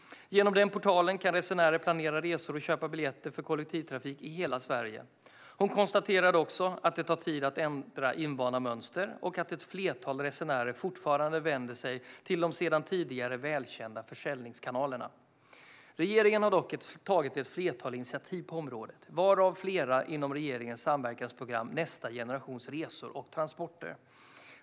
Genom den portalen kan resenärer planera resor och köpa biljetter för kollektivtrafik i hela Sverige. Hon konstaterade också att det tar tid att ändra invanda mönster och att ett flertal resenärer fortfarande vänder sig till de sedan tidigare välkända försäljningskanalerna. Regeringen har dock tagit ett flertal initiativ på området, varav flera inom regeringens samverkansprogram Nästa generations resor och transporter .